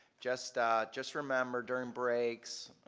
just just remember during breaks,